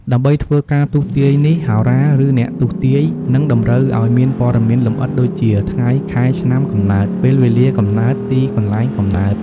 ដើម្បីធ្វើការទស្សន៍ទាយនេះ ហោរា ឬអ្នកទស្សន៍ទាយ នឹងតម្រូវឱ្យមានព័ត៌មានលម្អិតដូចជា ថ្ងៃ ខែ ឆ្នាំ កំណើត ពេលវេលាកំណើត ទីកន្លែងកំណើត។